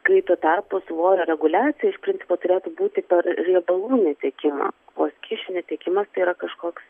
kai tuo tarpu svorio reguliacija iš principo turėtų būti per riebalų netekimą o skysčių netekimas tai yra kažkoks